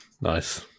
nice